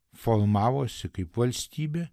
formavosi kaip valstybė